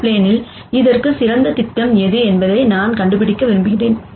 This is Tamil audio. இந்த ப்ளேனில் இதற்கு சிறந்த திட்டம் எது என்பதை நான் கண்டுபிடிக்க விரும்புகிறேன்